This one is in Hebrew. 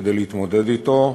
כדי להתמודד אתו,